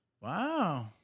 Wow